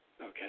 Okay